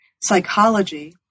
psychology